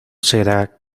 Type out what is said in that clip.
será